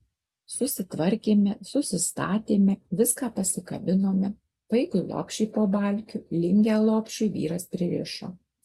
susitvarkėme susistatėme viską pasikabinome vaikui lopšį po balkiu lingę lopšiui vyras pririšo